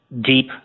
deep